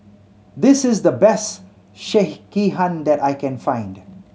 this is the best Sekihan that I can find